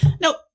Nope